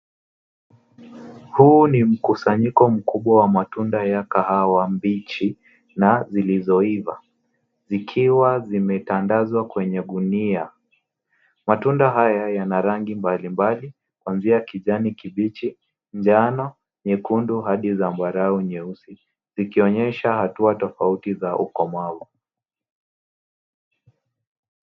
Huu ni mkusanyiko mkubwa wa matunda ya kahawa mbichi na zilizoiva zikiwa zimetandazwa kwenye gunia. Matunda haya yana rangi mbalimbali kuanzia kijani kibichi, njano, nyekundu hadi zambarau nyeusi zikionyesha hatua tofauti za ukomavu.